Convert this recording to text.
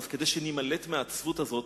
אז כדי שנימלט מהעצבות הזאת,